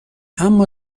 اما